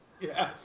Yes